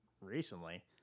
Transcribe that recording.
recently